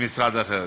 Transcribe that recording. למשרד אחר.